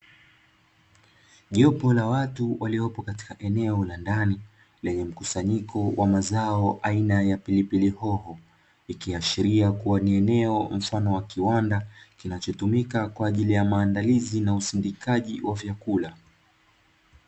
Jopo la watu waliopo katika eneo la ndani, lenye mkusanyiko wa mazao aina ya pilipili hoho. Likiashiria ni eneo mfano wa kiwanda, kinachotumika kwa ajili ya maandalizi na usindikaji wa vyakula.